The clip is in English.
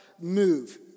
move